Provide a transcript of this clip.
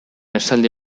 esaldi